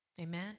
Amen